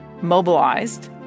mobilized